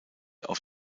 auf